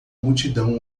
multidão